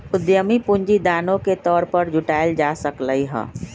उधमी पूंजी दानो के तौर पर जुटाएल जा सकलई ह